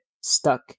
stuck